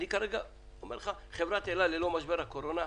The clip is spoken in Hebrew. אני כרגע אומר לך שחברת אל על ללא משבר הקורונה,